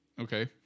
Okay